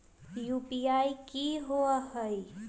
UPI कि होअ हई?